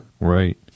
Right